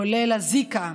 כולל הזיקה,